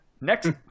Next